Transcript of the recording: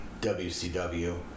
WCW